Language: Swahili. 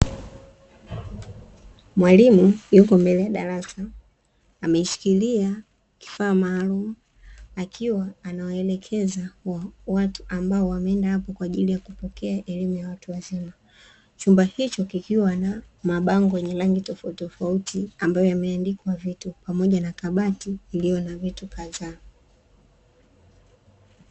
Mwalimu yupo mbele ya darasa ameshikilia kifaa maalum akiwa anawaelekeza watu ambao wameenda hapo kwa ajili ya kupokea elimu ya watu wazima, chumba hicho kikiwa na mabango yenye rangi tofautitofauti ambayo yameandikwa vitu pamoja na kabati iliyo na vitu kadhaa.